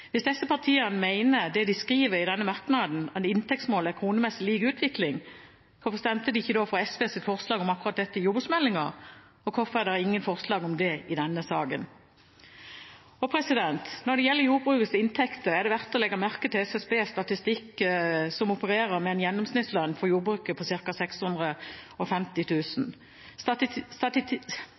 Hvis disse partiene mener det de skriver i denne merknaden, at inntektsmålet er kronemessig lik utvikling, hvorfor stemte de ikke for SVs forslag om akkurat dette i jordbruksmeldingen, og hvorfor er det ingen forslag om det i denne saken? Når det gjelder jordbrukets inntekter, er det verdt å legge merke til SSBs statistikk, som opererer med en gjennomsnittslønn for jordbruket på